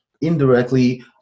indirectly